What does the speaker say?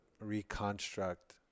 reconstruct